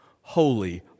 holy